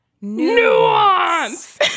Nuance